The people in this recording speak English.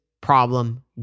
problem